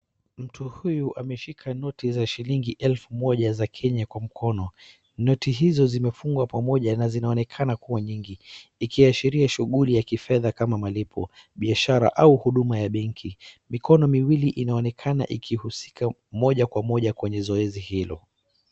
Mtu huyu ameshika noti za shilingi elfu moja za Kenya kwa mkono. Noti hizo zimefungwa pamoja na zinaonekana kuwa nyingi. Ikiashiria shughuli ya kifedha kama malipo, biashraa au huduma ya benki. Mikono miwili inaonekana ikihusika moja kwa moja kwenye zoezi hilo.